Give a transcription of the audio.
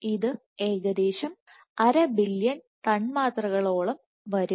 ഇത് ഏകദേശം അര ബില്ല്യൺ തന്മാത്രകളോളംവരും